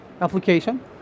application